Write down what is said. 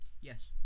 Yes